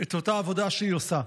את אותה עבודה שהיא עושה.